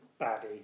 baddie